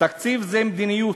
תקציב זה מדיניות,